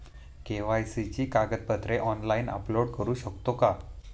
KYC ची कागदपत्रे online upload करू शकतो का?